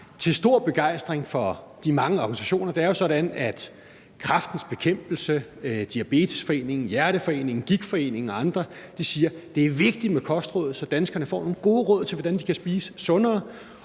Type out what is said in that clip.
til stor begejstring for de mange organisationer. Det er jo sådan, at Kræftens Bekæmpelse, Diabetesforeningen, Hjerteforeningen, Gigtforeningen og andre siger, at det er vigtigt med kostråd, så danskerne får nogle gode råd til, hvordan de kan spise sundere.